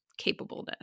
capableness